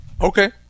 Okay